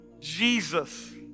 Jesus